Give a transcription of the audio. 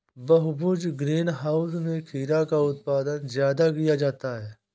बहुभुज green house में खीरा का उत्पादन ज्यादा किया जाता है